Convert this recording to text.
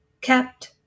kept